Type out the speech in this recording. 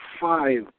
five